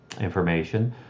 information